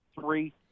three